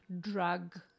drug